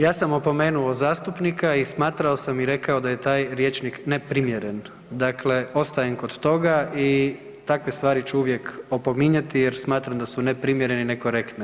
Ja sam opomenuo zastupnika i smatrao sam i rekao da je taj rječnik neprimjeren, dakle ostajem kod toga i takve stvari ću uvijek opominjati jer smatram da su neprimjerene i nekorektne.